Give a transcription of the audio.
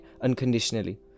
unconditionally